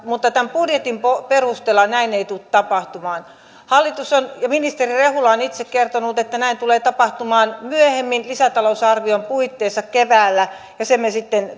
mutta tämän budjetin perusteella näin ei tule tapahtumaan ministeri rehula on itse kertonut että näin tulee tapahtumaan myöhemmin lisätalousarvion puitteissa keväällä ja sen me sitten